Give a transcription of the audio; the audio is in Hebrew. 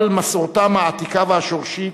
על מסורתם העתיקה והשורשית,